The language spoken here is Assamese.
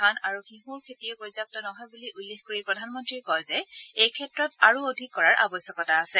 ধান আৰু ঘেঁহুৰ খেতিয়ে পৰ্যাপ্ত নহয় বুলি উল্লেখ কৰি প্ৰধানমন্ত্ৰীয় কয় যে এইক্ষেত্ৰত আৰু অধিক কৰাৰ আৱশ্যকতা আছে